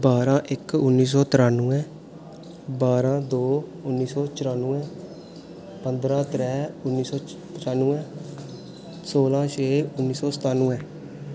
बारां इक उन्नी सौ त्रानमैं बारां दो उन्नी सौ चरानमैं पंदरां त्रैऽ उन्नी सौ पचानमैं सोलां छे उन्नी सौ सतानमैं